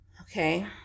okay